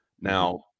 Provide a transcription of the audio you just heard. Now